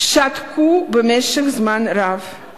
שתקו במשך זמן רב,